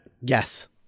Yes